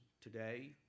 today